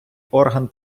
орган